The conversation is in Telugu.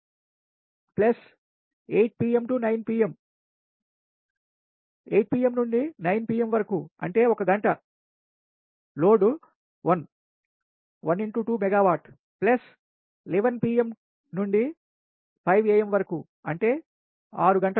8 megawatt plus 8 pm to 9 pm వరకుఅంటే 1గంట load 1 1x2 megawatt plus 11 pm to 5 am వరకు అంటే 6 గంటలు